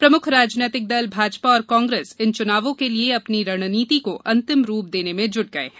प्रमुख राजनीतिक दल भाजपा और कांग्रेस इन चुनावों के लिये अपनी रणनीति को अंतिम रूप देने में जुट गये हैं